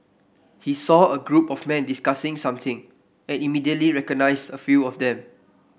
he saw a group of men discussing something and immediately recognised a few of them